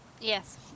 Yes